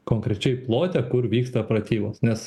konkrečiai plote kur vyksta pratybos nes